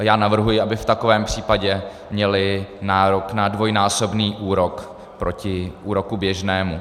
Já navrhuji, aby v takovém případě měly nárok na dvojnásobný úrok proti úroku běžnému.